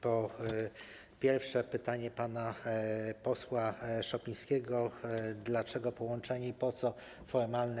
Po pierwsze, pytanie pana posła Szopińskiego: Dlaczego połączenie i po co formalne?